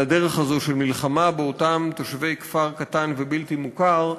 הדרך הזו של מלחמה באותם תושבי כפר קטן ובלתי מוכר,